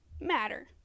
matter